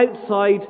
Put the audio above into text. outside